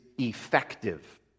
Effective